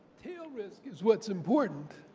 tail risk is what's important.